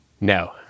No